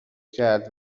کرد